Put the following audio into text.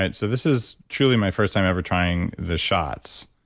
right. so this is truly my first time ever trying the shots.